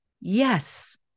yes